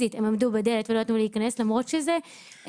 הם עמדו פיזית בדלת ולא נתנו לי להיכנס למרות שזה מוסד